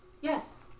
Yes